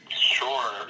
Sure